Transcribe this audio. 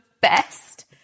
best